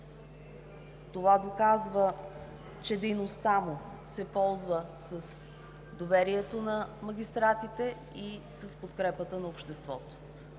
Това доказва, че дейността му се ползва с доверието на магистратите и с подкрепата на обществото.